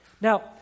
Now